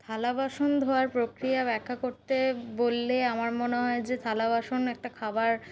থালা বাসন ধোয়ার প্রক্রিয়া ব্যাখ্যা করতে বললে আমার মনে হয় যে থালা বাসন একটা খাবার